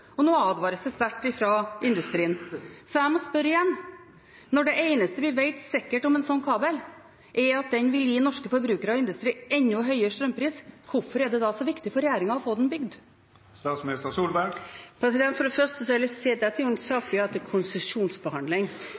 Nå advares det sterkt fra industrien, så jeg må spørre igjen: Når det eneste vi vet sikkert om en slik kabel, er at den vil gi norske forbrukere og industri enda høyere strømpris – hvorfor er det da så viktig for regjeringen å få den bygd? For det første har jeg lyst til å si at dette er en sak vi har til konsesjonsbehandling,